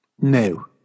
No